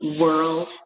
world